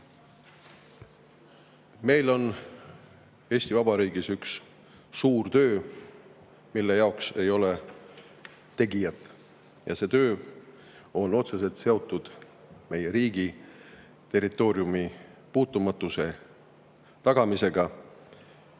Meil on Eesti Vabariigis üks suur töö, mille jaoks ei ole tegijat. See töö on otseselt seotud meie riigi territooriumi puutumatuse tagamisega.